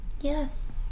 Yes